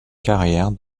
carrière